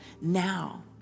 now